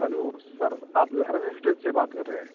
hello sir آپ Zahra real estate سے بات کر رہے ہیں